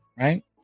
Right